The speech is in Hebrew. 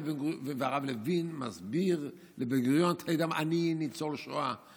והרב לוין מסביר לבן-גוריון: אני ניצול שואה.